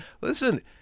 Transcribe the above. listen